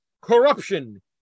corruption